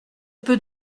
peut